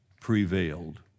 prevailed